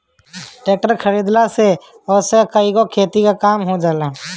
tractor खरीदला से ओसे कईगो खेती के काम हो जाला